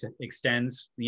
extends